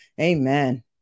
Amen